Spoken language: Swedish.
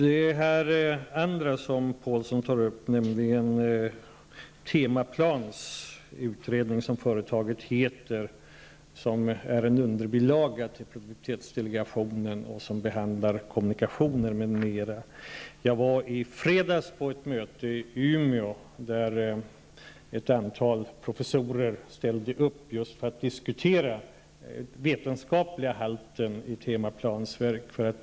Sedan tar Tage Påhlsson upp detta med Temaplans -- företaget heter så -- utredning. Den är en underbilaga till produktivitetsdelegationen och behandlar kommunikationer m.m. I fredags var jag på ett möte i Umeå där ett antal professorer ställde upp just för att diskutera den vetenskapliga halten i Temaplans verk.